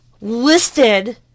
listed